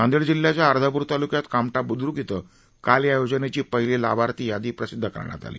नांदेड जिल्ह्याच्या अर्धाप्र ताल्क्यात कामठा ब्द्र्क इथ काल या योजनेची पहिली लाभार्थी यादी प्रसिद्ध करण्यात आली